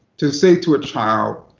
to say to a child,